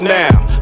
now